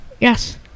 Yes